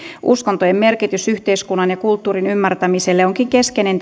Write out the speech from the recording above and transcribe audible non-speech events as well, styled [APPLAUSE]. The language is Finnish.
uskontojen merkitys yhteiskunnan ja kulttuurin ymmärtämiselle onkin keskeinen [UNINTELLIGIBLE]